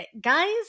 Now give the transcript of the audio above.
guys